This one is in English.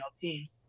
teams